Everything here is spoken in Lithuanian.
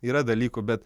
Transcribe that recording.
yra dalykų bet